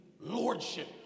lordship